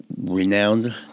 Renowned